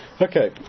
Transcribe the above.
Okay